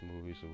movies